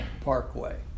Parkway